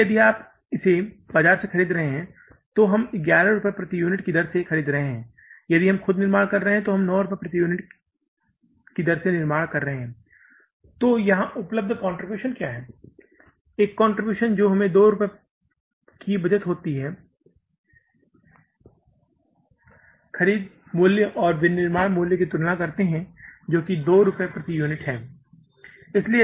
इसलिए यदि आप इसे बाजार से खरीद रहे हैं तो हम 11 रुपये प्रति यूनिट की दर से खरीद रहे हैं यदि हम खुद का निर्माण कर रहे हैं तो हम 9 रुपये में निर्माण कर रहे हैं तो यहाँ उपलब्ध कंट्रीब्यूशन क्या है एक कंट्रीब्यूशन जो रुपये 2 की बचत हो सकती है यूनिट खरीद मूल्य और विनिर्माण मूल्य की तुलना करते हुए जो कि 2 रुपए प्रति यूनिट है